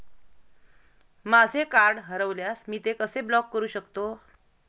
माझे कार्ड हरवल्यास मी ते कसे ब्लॉक करु शकतो?